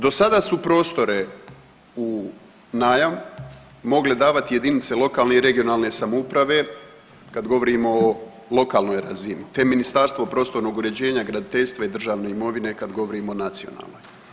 Dosada su prostore u najam mogle davati jedinice lokalne i regionalne samouprave kad govorimo o lokalnoj razini te Ministarstvo prostornog uređenja, graditeljstva i državne imovine kad govorimo o nacionalnoj.